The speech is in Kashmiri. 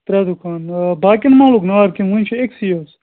ترٛےٚ دُکان باقِیَن ما لوٚگ نار کِنہٕ وُنہِ چھِ أکۍسٕے حظ